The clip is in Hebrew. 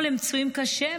אבל הם פצועים קשה,